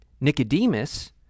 Nicodemus